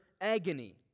agony